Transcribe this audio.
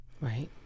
Right